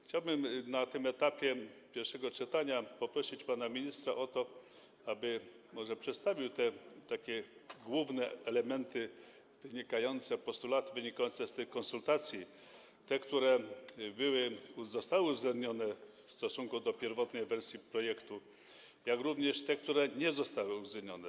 Chciałbym na etapie pierwszego czytania poprosić pana ministra o to, aby może przedstawił główne postulaty wynikające z tych konsultacji, te, które były lub zostały uwzględnione w stosunku do pierwotnej wersji projektu, jak również te, które nie zostały uwzględnione.